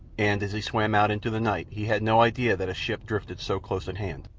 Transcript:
and as he swam out into the night he had no idea that a ship drifted so close at hand.